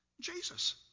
Jesus